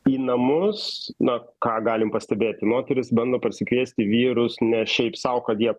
į namus na ką galim pastebėti moterys bando pasikviesti vyrus ne šiaip sau kad jie